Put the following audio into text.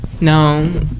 No